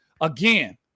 again